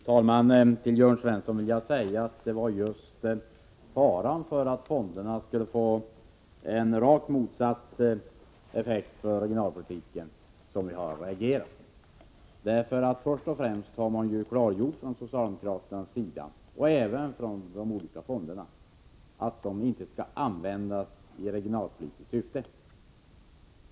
Fru talman! Till Jörn Svensson vill jag säga att det är just på grund av faran för att löntagarfonderna skulle få en rakt motsatt effekt för regionalpolitiken som vi har reagerat. Först och främst har man ju klargjort från socialdemokraterna, och även från de olika fonderna, att de inte skall användas i regionalpolitiskt syfte.